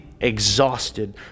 exhausted